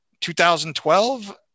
2012